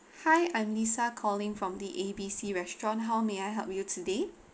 hi I'm lisa calling from the A_B_C restaurant how may I help you today